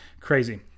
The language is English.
crazy